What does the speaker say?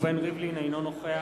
אינו נוכח